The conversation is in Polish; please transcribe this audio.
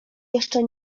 jeszcze